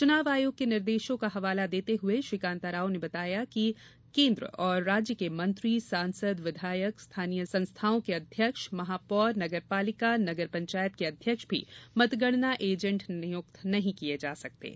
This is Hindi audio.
चुनाव आयोग के निर्देशों का हवाला देते हुए श्री कांताराव ने बताया कि केन्द्र और राज्य के मंत्री सांसद विधायक स्थानीय संस्थाओं के अध्यक्ष महापौर नगरपालिका नगर पंचायत के अध्यक्ष भी मतगणना एजेंट नियुक्त नहीं किये जा सकेंगे